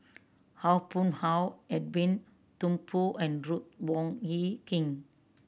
Haw Boon Haw Edwin Thumboo and Ruth Wong Hie King